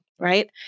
right